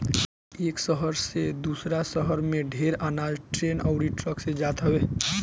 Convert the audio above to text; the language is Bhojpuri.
एक शहर से दूसरा शहर में ढेर अनाज ट्रेन अउरी ट्रक से जात हवे